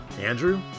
Andrew